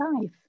life